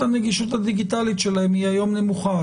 הנגישות הדיגיטלית שלהם היא נמוכה היום.